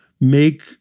make